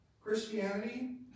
Christianity